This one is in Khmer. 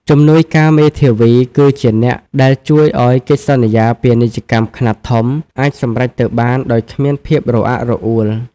ជំនួយការមេធាវីគឺជាអ្នកដែលជួយឱ្យកិច្ចសន្យាពាណិជ្ជកម្មខ្នាតធំអាចសម្រេចទៅបានដោយគ្មានភាពរអាក់រអួល។